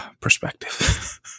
perspective